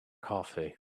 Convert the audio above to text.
coffee